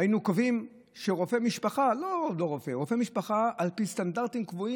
היינו קובעים שרופא משפחה יעשה ניתוחים על פי סטנדרטים קבועים,